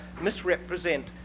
misrepresent